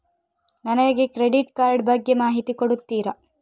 ನನಗೆ credit card ಬಗ್ಗೆ ಮಾಹಿತಿ ಕೊಡುತ್ತೀರಾ?